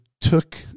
took